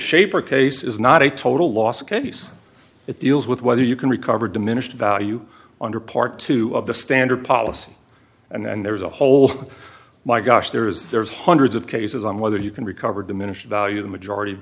shaper case is not a total loss case it deals with whether you can recover diminished value on your part two of the standard policy and there's a hole in my gosh there is there's hundreds of cases on whether you can recover diminished value the majority